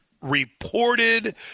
reported